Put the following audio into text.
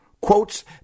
quotes